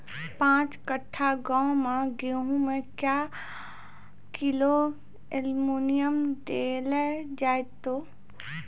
पाँच कट्ठा गांव मे गेहूँ मे क्या किलो एल्मुनियम देले जाय तो?